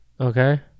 Okay